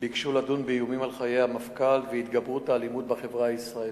ביקשו לדון באיומים על חיי המפכ"ל והתגברות האלימות בחברה הישראלית.